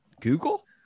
google